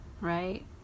right